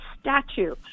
statue